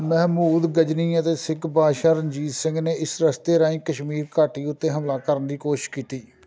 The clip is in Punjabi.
ਮਹਿਮੂਦ ਗ਼ਜਨੀ ਅਤੇ ਸਿੱਖ ਬਾਦਸ਼ਾਹ ਰਣਜੀਤ ਸਿੰਘ ਨੇ ਇਸ ਰਸਤੇ ਰਾਹੀਂ ਕਸ਼ਮੀਰ ਘਾਟੀ ਉੱਤੇ ਹਮਲਾ ਕਰਨ ਦੀ ਕੋਸ਼ਿਸ਼ ਕੀਤੀ